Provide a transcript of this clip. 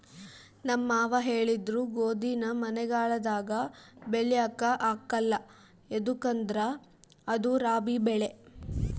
ನಮ್ ಮಾವ ಹೇಳಿದ್ರು ಗೋದಿನ ಮಳೆಗಾಲದಾಗ ಬೆಳ್ಯಾಕ ಆಗ್ಕಲ್ಲ ಯದುಕಂದ್ರ ಅದು ರಾಬಿ ಬೆಳೆ